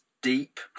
Deep